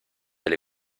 alle